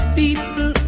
people